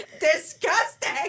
Disgusting